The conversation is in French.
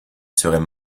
serait